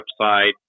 website